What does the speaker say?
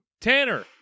Tanner